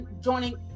joining